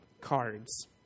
cards